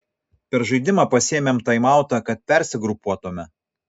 per žaidimą pasiėmėm taimautą kad persigrupuotume